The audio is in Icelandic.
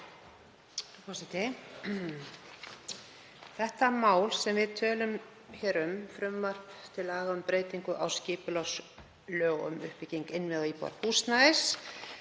Það mál sem við tölum hér um, frumvarp til laga um breytingu á skipulagslögum (uppbygging innviða og íbúðarhúsnæðis),